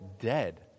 dead